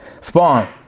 Spawn